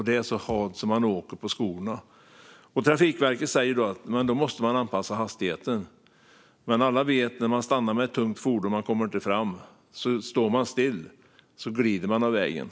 Det är så halt att man åker på skorna. Trafikverket säger då att man måste anpassa hastigheten. Men alla vet att när man stannar med ett tungt fordon för att man inte kommer fram glider man av vägen. Så halt är det.